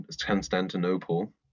Constantinople